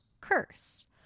curse